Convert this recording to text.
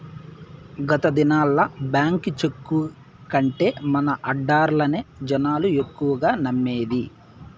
గత దినాల్ల బాంకీ చెక్కు కంటే మన ఆడ్డర్లనే జనాలు ఎక్కువగా నమ్మేది